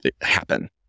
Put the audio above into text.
happen